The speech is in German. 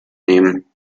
nehmen